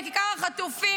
אחים שלי?